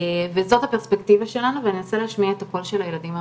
וזאת הפרספקטיבה שלנו ואני ארצה להשמיע את הקול של הילדים,